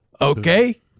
Okay